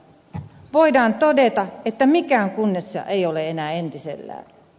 voidaan todeta että mikään kunnissa ei ole enää entisellään